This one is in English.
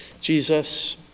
Jesus